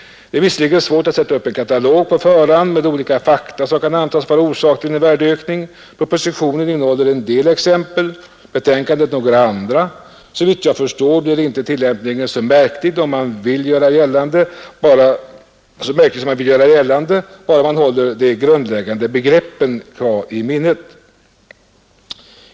Det är visserligen svårt att på förhand sätta upp en katalog med olika fakta som kan antas vara orsak till en värdeökning. Propositionen innehåller en del exempel, betänkandet några andra. Såvitt jag förstår blir inte tillämpningen så märklig som man vill göra gällande, om man bara håller de grundläggande begreppen i minnet.